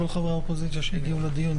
הישיבה נעולה.